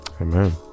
amen